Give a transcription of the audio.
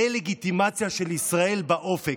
הדה-לגיטימציה של ישראל באופק".